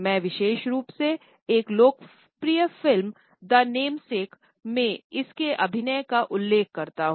मैं विशेष रूप से एक लोकप्रिय फिल्म द नेमसेक में इसके अभिनय का उल्लेख करता हूँ